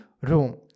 Room